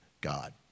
God